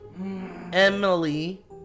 Emily